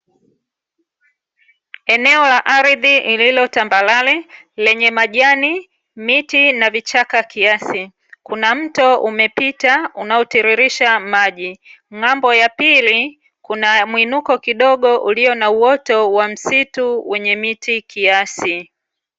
Eneo la ardhi lililotambalale lenye majani miti na vichaka kiasi kuna mto umepita unaotiririsha maji. Ng’ambo ya pili kuna muinuko kidogo ulio na uoto wa msitu wenye miti kiasi.